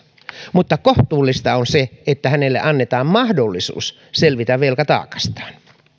mutta kohtuullista on se että hänelle annetaan mahdollisuus selvitä velkataakastaan